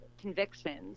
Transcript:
convictions